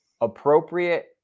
appropriate